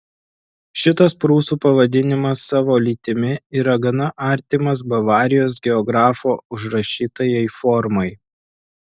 šitas prūsų pavadinimas savo lytimi yra gana artimas bavarijos geografo užrašytajai formai